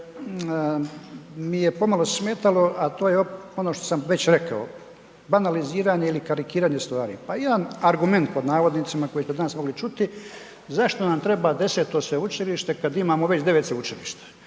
mi je pomalo smetalo, a to je ono što sam već rekao, banaliziranje ili karikiranje stvari. Pa jedan argument pod navodnicima koji smo danas mogli čuti. Zašto nam treba 10-to sveučilište kad imamo već 9 sveučilišta?